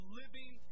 living